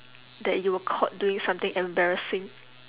that you were caught doing something embarrassing